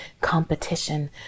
competition